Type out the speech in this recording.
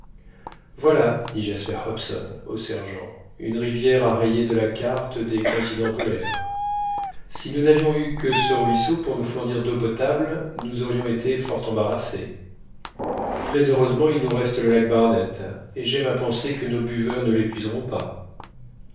voilà dit jasper hobson au sergent une rivière à rayer de la carte des continents polaires si nous n'avions eu que ce ruisseau pour nous fournir d'eau potable nous aurions été fort embarrassés très heureusement il nous reste le lac barnett et j'aime à penser que nos buveurs ne l'épuiseront pas